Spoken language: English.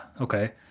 Okay